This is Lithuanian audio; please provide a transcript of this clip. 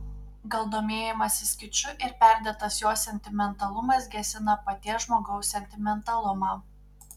gal domėjimasis kiču ir perdėtas jo sentimentalumas gesina paties žmogaus sentimentalumą